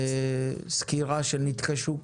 סקירה של נתחי שוק